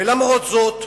למרות זאת,